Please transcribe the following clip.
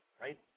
Right